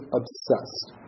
obsessed